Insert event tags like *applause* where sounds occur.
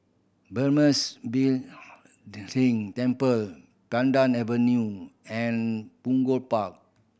Burmese *unintelligible* Temple Pandan Avenue and Punggol Park